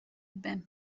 been